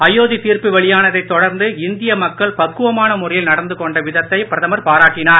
அயோத்தி தீர்ப்பு வெளியானதை தொடர்ந்து இந்திய மக்கள் பக்குவமான முறையில் நடந்து கொண்ட விதத்தை பிரதமர் பாராட்டினார்